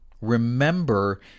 remember